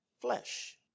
flesh